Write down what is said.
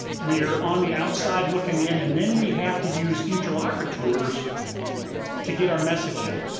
we are on the outside looking in and then we have to use interlocutors to get our message in.